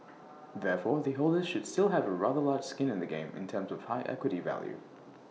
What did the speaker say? therefore the holders should still have A rather large skin in the game in terms of A high equity value